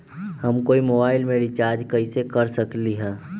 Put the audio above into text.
हम कोई मोबाईल में रिचार्ज कईसे कर सकली ह?